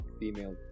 female